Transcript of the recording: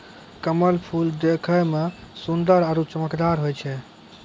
कमल फूल देखै मे सुन्दर आरु चमकदार होय छै